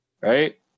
Right